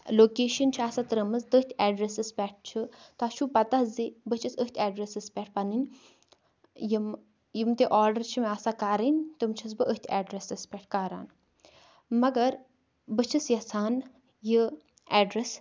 location چھےٚ آسان ترٛٲومٕژ تٔتھۍ اٮ۪ڈرٮ۪سَس پٮ۪ٹھ چھُ تۄہہِ چھُو پَتہ زِ بہٕ چھَس أتھۍ اٮ۪ڈرٮ۪سَس پٮ۪ٹھ پَنٕنۍ یِم یِم تہِ آڈَر چھِ مےٚ آسان کَرٕنۍ تِم چھَس بہٕ أتھۍ اٮ۪ڈرٮ۪سَس پٮ۪ٹھ کَران مگر بہٕ چھَس یَژھان یہِ اٮ۪ڈرٮ۪س